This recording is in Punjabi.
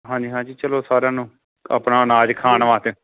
ਹਾਂਜੀ ਹਾਂਜੀ ਚਲੋ ਸਾਰਿਆਂ ਨੂੰ ਆਪਣਾ ਅਨਾਜ ਖਾਣ ਵਾਸਤੇ